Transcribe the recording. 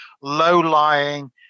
low-lying